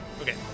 Okay